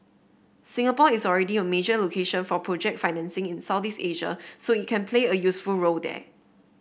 Singapore is already a major location for project financing in Southeast Asia so it can play a useful role there